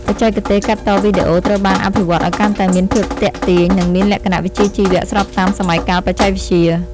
បច្ចេកទេសកាត់តវីដេអូត្រូវបានអភិវឌ្ឍឱ្យកាន់តែមានភាពទាក់ទាញ និងមានលក្ខណៈវិជ្ជាជីវៈស្របតាមសម័យកាលបច្ចេកវិទ្យា។